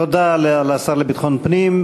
תודה לשר לביטחון פנים.